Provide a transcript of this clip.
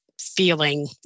feeling